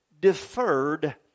deferred